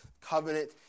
covenant